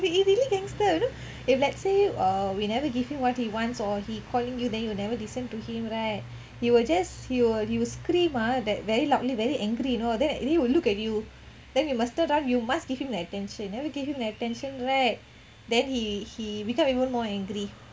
he really gangster you know if let's say err we never give him what he wants or he calling you then you never listen to him right he will just he will scream ah very loudly very angry you know then he will look at you then you must turn around you must give him the attention you never give him the attention right then he he become even more angry